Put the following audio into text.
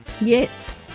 yes